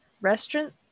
restaurant